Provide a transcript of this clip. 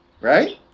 Right